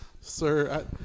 Sir